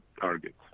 targets